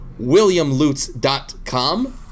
WilliamLutz.com